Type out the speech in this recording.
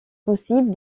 possible